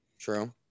True